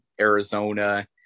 Arizona